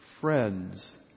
friends